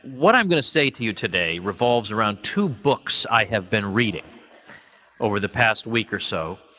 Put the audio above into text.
what i'm going to say to you today revolves around two books i have been reading over the past week, or so.